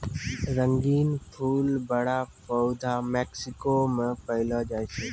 रंगीन फूल बड़ा पौधा मेक्सिको मे पैलो जाय छै